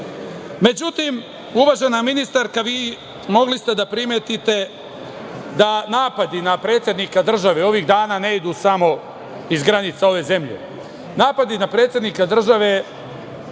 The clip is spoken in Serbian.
porodica.Međutim, uvažena ministarka, vi ste mogli da primetite da napadi na predsednika države ovih dana ne idu samo iz granica ove zemlje, napadi na predsednika države